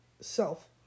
self